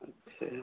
अच्छे